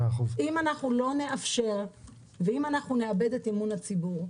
אם לא נאפשר אנחנו נאבד את אמון הציבור.